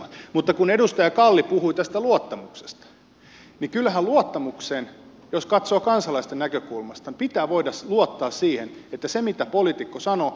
mutta kun edustaja kalli puhui tästä luottamuksesta niin kyllähän luottamukseen jos katsoo kansalaisten näkökulmasta pitää voida luottaa siihen että sen mitä poliitikko sanoo hän myös tekee